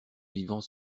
vivant